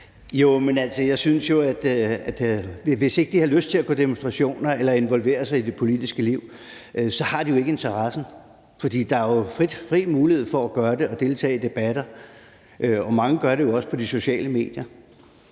Carlsen (M): Jeg synes jo, at hvis ikke de har lyst til at gå til demonstrationer eller involvere sig i det politiske liv, har de jo ikke interessen. Der er fri mulighed for at gøre det og deltage i debatter. Mange gør det jo også på de sociale medier.